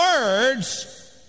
words